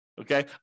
okay